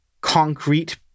concrete